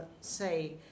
say